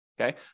Okay